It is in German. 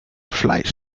fleisch